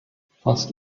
fast